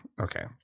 Okay